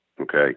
Okay